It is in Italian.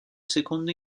secondo